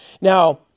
Now